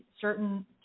certain